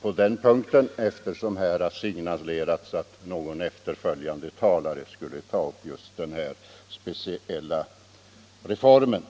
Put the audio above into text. på den punkten, eftersom det har signalerats att någon efterföljande talare kommer att ta upp just det här speciella förslaget.